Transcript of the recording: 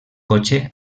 cotxe